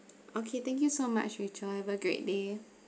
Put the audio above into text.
okay thank you so much rachel have a great day